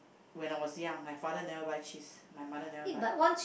when I was young my father never buy cheese my mother never buy